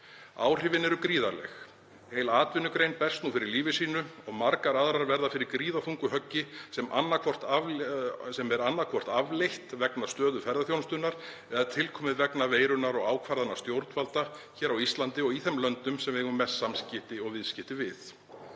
Áhrifin eru gríðarleg. Heil atvinnugrein berst nú fyrir lífi sínu og margar aðrar verða fyrir gríðarþungu höggi sem er annaðhvort afleitt vegna stöðu ferðaþjónustunnar eða til komið vegna veirunnar og ákvarðana stjórnvalda hér á Íslandi og í þeim löndum sem við eigum mest samskipti og viðskipti við.